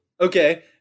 Okay